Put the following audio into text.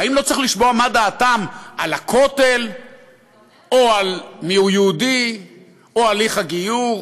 האם לא צריך לשמוע מה דעתם על הכותל או על מיהו יהודי או הליך הגיור?